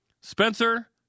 Spencer